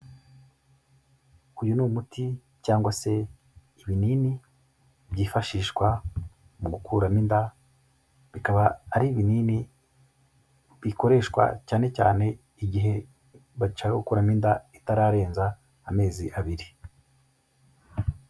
Uyu ni umuti cyangwa se ibinini byifashishwa mu gukuramo inda, bikaba ari ibinini bikoreshwa cyane cyane igihe bashaka gukuramo inda itararenza amezi abiri.